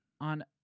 On